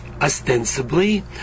ostensibly